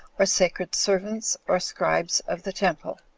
or sacred servants, or scribes of the temple.